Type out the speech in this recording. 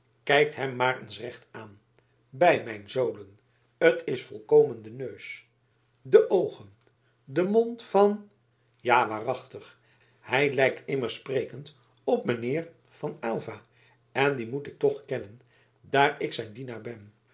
kijkt hem maar eens recht aan bij mijn zolen t is volkomen de neus de oogen de mond van ja waarachtig hij lijkt immers sprekend op mijn heer van aylva en dien moet ik toch kennen daar ik zijn dienaar ben